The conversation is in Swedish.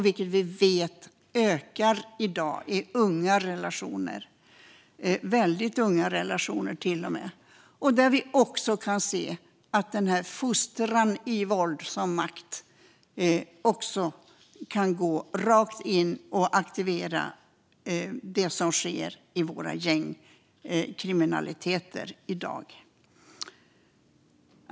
Vi vet att detta ökar i dag i unga relationer, till och med i väldigt unga relationer. Vi kan se att fostran i våld som makt kan gå rakt in och aktivera det som sker i de kriminella gängen i dag.